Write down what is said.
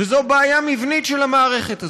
וזאת בעיה מבנית של המערכת הזאת.